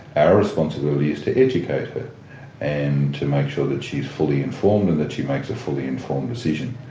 our responsibility is to educate her and to make sure that she is fully informed and that she makes a fully informed decision.